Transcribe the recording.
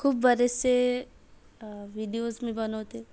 खूप बरेचसे विडीओज् मी बनवते